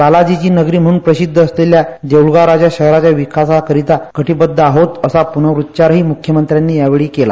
बालाजीची नगरी म्हणून प्रसिद्ध असलेल्या देऊळगाव राजा शहराच्या विकासाकरीता कटीबद्ध आहोत आसा पूनरुच्चार ही मुख्यमत्र्यांनी यावेळी केला